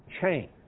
change